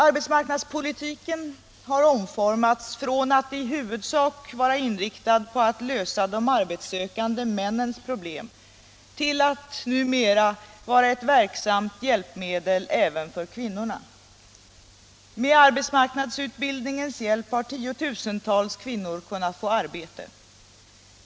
Arbetsmarknadspolitiken har omformats från att i huvudsak vara inriktad på att lösa de arbetssökande männens problem till att numera bli ett verksamt hjälpmedel även för kvinnorna. Med arbetsmarknadsutbildningens hjälp har tiotusentals kvinnor kunnat få arbete.